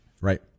right